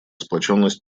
сплоченность